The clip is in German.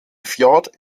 fjord